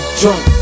drunk